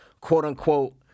quote-unquote